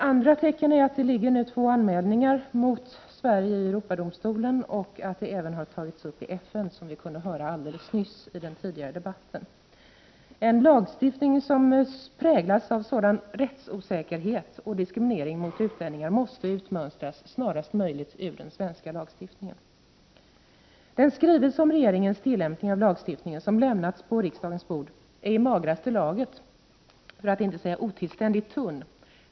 Andra tecken är att det nu ligger två anmälningar mot Sverige i Europadomstolen och att frågan även har tagits upp i FN, som vi kunde höra alldeles nyss i den tidigare debatten. En lag som präglas av sådan rättsosäkerhet och diskriminering av utlänningar måste utmönstras snarast möjligt ur den svenska lagstiftningen. Den skrivelse om regeringens tillämpning av lagstiftningen som lämnats på riksdagens bord är i magraste laget, för att inte säga otillständigt tunn.